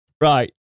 Right